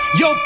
yo